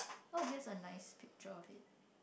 oh here the nice picture of it